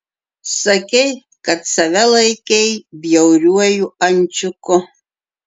sakei kad save laikei bjauriuoju ančiuku